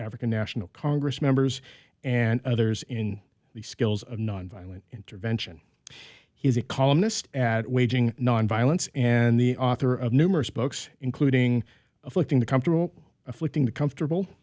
african national congress members and others in the skills of nonviolent intervention he's a columnist at waging nonviolence and the author of numerous books including afflicting the comfortable afflicting the comfortable